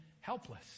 helpless